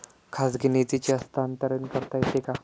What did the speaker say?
खाजगी निधीचे हस्तांतरण करता येते का?